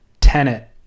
tenet